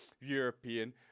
european